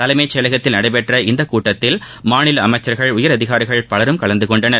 தலைமைச் செயலகத்தில் நடைபெற்ற இந்த கூட்டத்தில் மாநில அமைச்சர்கள் உயரதிகாரிகள் பலரும் கலந்து கொண்டனர்